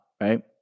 right